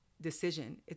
decision